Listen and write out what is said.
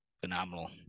phenomenal